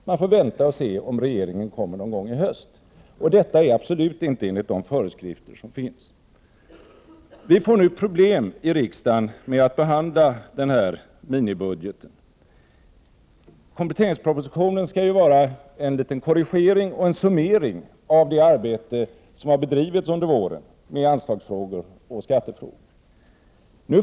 Man får vänta och se om regeringen någon gång i höst kommer med ett sådant förslag. Detta är absolut inte i enlighet med de föreskrifter som finns. Vi får nu problem i riksdagen med att behandla den här minibudgeten. Kompletteringspropositionen skall ju vara en liten korrigering och en summering av det arbete som har bedrivits under våren med anslagsfrågor och skattefrågor.